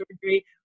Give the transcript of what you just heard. surgery